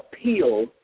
appeal